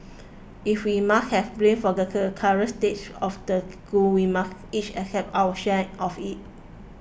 if we must have blame for the current state of the school we must each accept our share of it